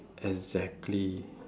exactly